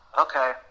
Okay